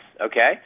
okay